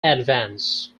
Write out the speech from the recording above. advance